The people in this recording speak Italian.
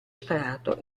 sparato